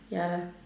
ya lah